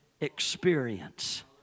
experience